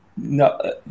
No